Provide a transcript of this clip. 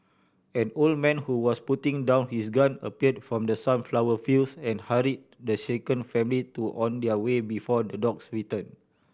an old man who was putting down his gun appeared from the sunflower fields and hurry the shaken family to on their way before the dogs return